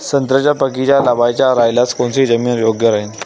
संत्र्याचा बगीचा लावायचा रायल्यास कोनची जमीन योग्य राहीन?